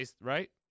Right